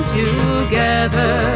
together